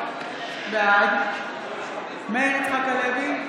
בעד מאיר יצחק הלוי,